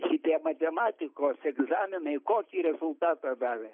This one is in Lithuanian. šitie matematikos egzaminai kokį rezultatą davė